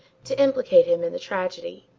to implicate him in the tragedy.